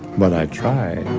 but i try